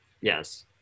Yes